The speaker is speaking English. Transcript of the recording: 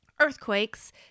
Earthquakes